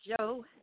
Joe